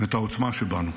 ואת העוצמה שבנו.